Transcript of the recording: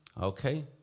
Okay